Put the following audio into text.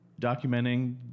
documenting